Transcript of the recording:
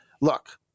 Look